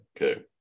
okay